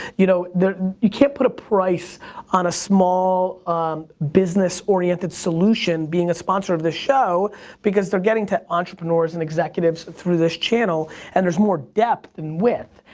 you know you can't put a price on a small business-oriented solution being a sponsor of this show because they're getting to entrepreneurs and executives through this channel and there's more depth than width.